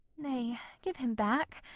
nay, give him back,